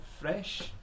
fresh